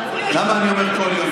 למה אני אומר כל יום?